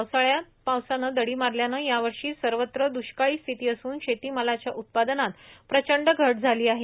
पावसाळ्यात पावसानं दडी मारल्यानं यावर्षी सर्वत्र द्रष्काळी स्थिती असून शेतीमालाच्या उत्पादनात प्रचंड घट झाली आहे